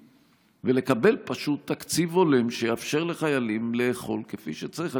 ולקבל פשוט תקציב הולם שיאפשר לחיילים לאכול כפי שצריך.